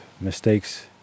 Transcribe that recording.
mistakes